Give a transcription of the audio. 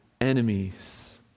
enemies